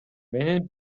менин